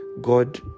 God